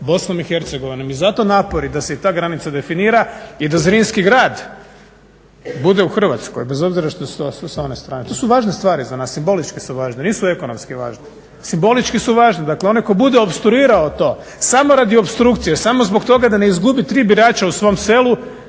Bosnom i Hercegovinom. I zato napori da se i ta granica definira i da Zrinski grad bude u Hrvatskoj bez obzira što je s one strane, to su važne stvari za nas, simbolički su važne nisu ekonomski važne, simbolički su važne. Dakle, onaj koji bude opstruirao to samo radi opstrukcije samo zbog toga da ne izgubi tri birača u svom selu